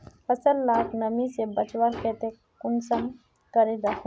फसल लाक नमी से बचवार केते कुंसम करे राखुम?